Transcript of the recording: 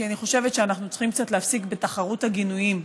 כי אני חושבת שאנחנו צריכים קצת להפסיק בתחרות הגינויים.